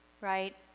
right